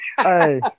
Hey